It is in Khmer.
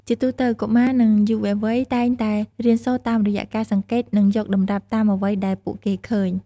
ជាទូទៅកុមារ និងយុវវ័យតែងតែរៀនសូត្រតាមរយៈការសង្កេត និងយកតម្រាប់តាមអ្វីដែលពួកគេឃើញ ។